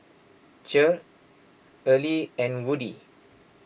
Cher Earley and Woodie